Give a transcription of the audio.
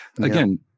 again